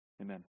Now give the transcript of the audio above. amen